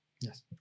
yes